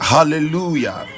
Hallelujah